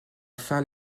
fin